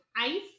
ice